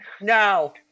No